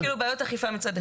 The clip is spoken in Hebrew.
אלה בעיות אכיפה, מצד אחד.